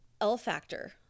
L-Factor